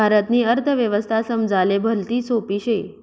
भारतनी अर्थव्यवस्था समजाले भलती सोपी शे